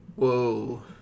Whoa